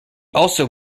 also